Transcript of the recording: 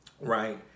right